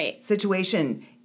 situation